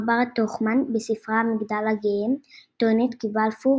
ברברה טוכמן, בספרה "המגדל הגאה", טוענת כי בלפור